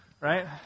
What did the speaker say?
right